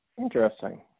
Interesting